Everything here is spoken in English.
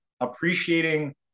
appreciating